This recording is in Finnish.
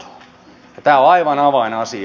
tämä on aivan avainasia